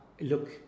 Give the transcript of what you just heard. Look